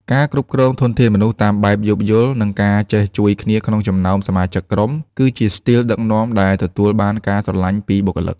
ការគ្រប់គ្រងធនធានមនុស្សតាមបែបយោគយល់ និងការចេះជួយគ្នាក្នុងចំណោមសមាជិកក្រុម គឺជាស្ទីលដឹកនាំដែលទទួលបានការស្រឡាញ់ពីបុគ្គលិក។